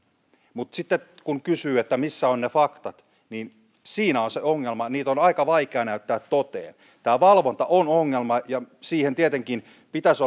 mutta sitten kun kysyy missä ovat ne faktat niin siinä on se ongelma että niitä on aika vaikea näyttää toteen tämä valvonta on ongelma ja siihen tietenkin pitäisi